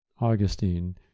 Augustine